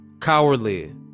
Cowardly